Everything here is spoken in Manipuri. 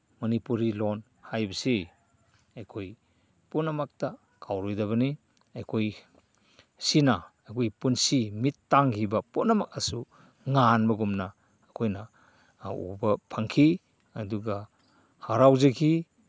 ꯃꯅꯤꯄꯨꯔꯤ ꯂꯣꯟ ꯍꯥꯏꯕꯁꯤ ꯑꯩꯈꯣꯏ ꯄꯨꯝꯅꯃꯛꯇ ꯀꯥꯎꯔꯣꯏꯗꯕꯅꯤ ꯑꯩꯈꯣꯏ ꯁꯤꯅ ꯑꯩꯈꯣꯏ ꯄꯨꯟꯁꯤ ꯃꯤꯠ ꯇꯥꯡꯒꯤꯕ ꯄꯨꯝꯅꯃꯛ ꯑꯁꯨ ꯉꯥꯟꯕꯒꯨꯝꯅ ꯑꯩꯈꯣꯏꯅ ꯎꯕ ꯐꯪꯈꯤ ꯑꯗꯨꯒ ꯍꯔꯥꯎꯖꯈꯤ